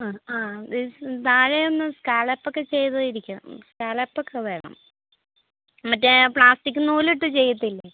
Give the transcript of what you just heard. ആ ആ താഴെ ഒന്ന് സ്കാലപ്പൊക്കെ ചെയ്തിരിക്കണം സ്കാലപ്പൊക്കെ വേണം മറ്റേ ആ പ്ലാസ്റ്റിക് നൂലിട്ട് ചെയ്യത്തില്ലേ